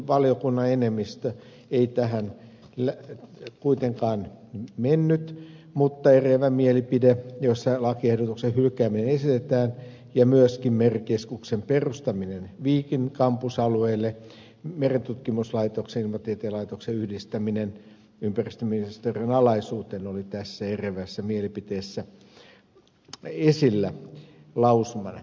valiokunnan enemmistö ei tähän kuitenkaan mennyt mutta eriävässä mielipiteessä esitetään lakiehdotuksen hylkäämistä ja myöskin merikeskuksen perustaminen viikin kampusalueelle merentutkimuslaitoksen ja ilmatieteen laitoksen yhdistäminen ympäristöministeriön alaisuuteen oli tässä eriävässä mielipiteessä esillä lausumana